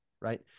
right